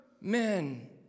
men